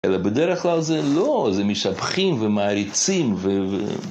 אלא בדרך כלל זה לא, זה משבחים ומעריצים ו...